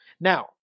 Now